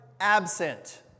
absent